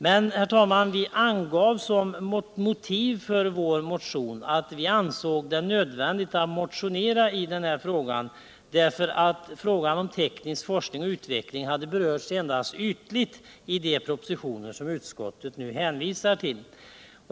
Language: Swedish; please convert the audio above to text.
Vi angav, herr talman, som motivering för vår motion att vi ansåg det nödvändigt att skriva motionen, eftersom frågan om teknisk forskning och utveckling berörts endast ytligt i betänkandet och den proposition som utskottet hänvisar till.